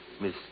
Miss